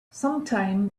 sometime